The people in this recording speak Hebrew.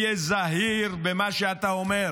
היה זהיר במה שאתה אומר.